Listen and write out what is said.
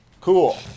Cool